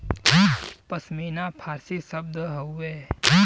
पश्मीना फारसी शब्द हउवे